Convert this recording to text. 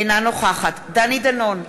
אינה נוכחת דני דנון,